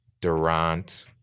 Durant